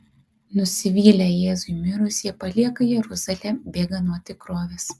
nusivylę jėzui mirus jie palieka jeruzalę bėga nuo tikrovės